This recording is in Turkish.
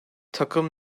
takım